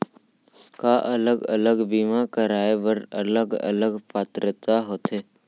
का अलग अलग बीमा कराय बर अलग अलग पात्रता होथे?